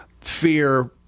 fear